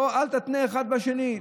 אל תתנה אחד בשני.